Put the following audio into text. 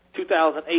2008